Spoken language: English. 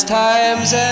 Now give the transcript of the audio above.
time's